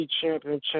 Championship